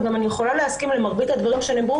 וגם אני יכולה להסכים עם מרבית הדברים שנאמרו